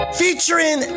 featuring